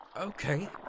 Okay